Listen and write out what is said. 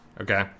Okay